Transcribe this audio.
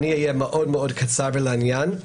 אני אהיה מאוד מאוד קצר ולעניין.